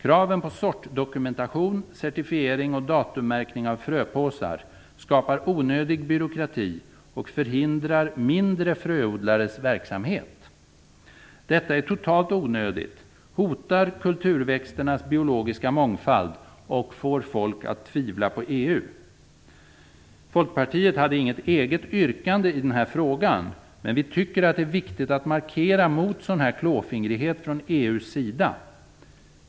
Kraven på sortdokumentation, certifiering och datummärkning av fröpåsar skapar onödig byråkrati och förhindrar mindre fröodlares verksamhet. Detta är totalt onödigt, hotar kulturväxternas biologiska mångfald och får folk att tvivla på EU. Folkpartiet hade inget eget yrkande i den här frågan, men vi tycker att det är viktigt att markera mot sådan här klåfingrighet från EU:s sida.